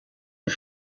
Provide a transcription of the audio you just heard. for